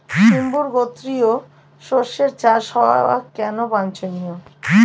সিম্বু গোত্রীয় শস্যের চাষ হওয়া কেন বাঞ্ছনীয়?